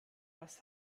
was